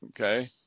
okay